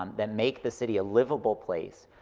um that make the city a livable place,